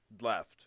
left